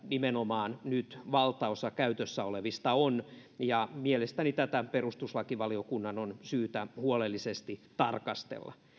nimenomaan niitä nyt valtaosa käytössä olevista on mielestäni tätä perustuslakivaliokunnan on syytä huolellisesti tarkastella